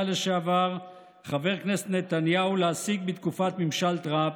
לשעבר חבר הכנסת נתניהו להשיג בתקופת ממשל טראמפ,